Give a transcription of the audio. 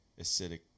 acidic